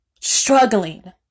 struggling